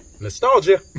Nostalgia